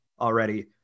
already